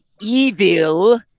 evil